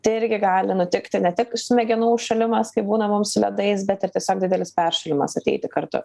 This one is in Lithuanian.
tai irgi gali nutikti ne tik smegenų užšalimas kai būna mum su ledais bet ir tiesiog didelis peršalimas ateiti kartu